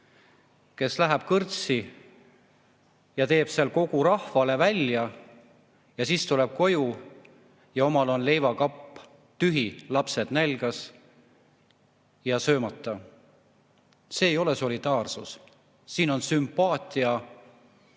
kes läheb kõrtsi ja teeb seal kogu rahvale välja, aga siis tuleb koju ja omal on leivakapp tühi, lapsed näljas ja söömata? See ei ole solidaarsus, see on sümpaatia